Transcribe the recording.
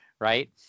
right